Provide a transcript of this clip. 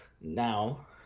now